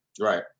Right